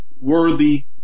worthy